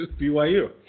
BYU